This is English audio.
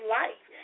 life